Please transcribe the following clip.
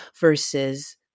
versus